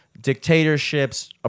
dictatorships